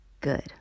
Good